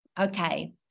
Okay